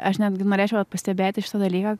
aš netgi norėčiau vat pastebėti šitą dalyką